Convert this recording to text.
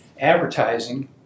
advertising